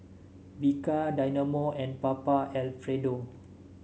Bika Dynamo and Papa Alfredo